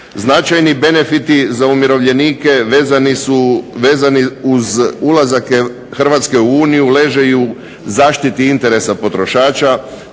Značajni benefiti za umirovljenike vezani uz ulazak Hrvatske u Uniju leže i u zaštiti interesa potrošača